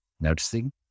noticing